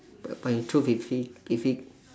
but but you told vivi david